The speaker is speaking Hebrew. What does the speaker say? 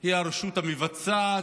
היא הרשות המבצעת,